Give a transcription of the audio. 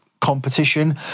competition